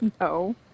No